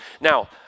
Now